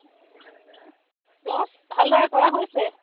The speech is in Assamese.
ক্লাছ ভালদৰে কৰা হৈছে